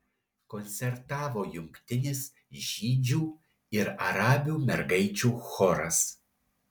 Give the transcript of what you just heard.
koncertavo jungtinis žydžių ir arabių mergaičių choras